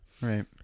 Right